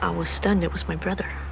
um was stunned. it was my brother.